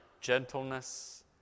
gentleness